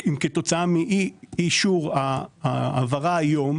של אי-אישור ההעברה היום,